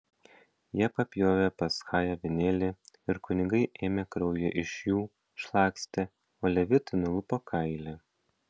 jie papjovė paschai avinėlį ir kunigai ėmė kraują iš jų šlakstė o levitai nulupo kailį